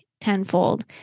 tenfold